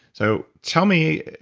so tell me,